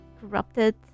corrupted